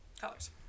colors